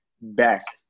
best